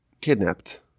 kidnapped